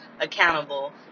accountable